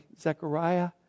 Zechariah